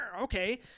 okay